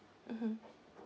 mmhmm